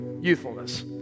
Youthfulness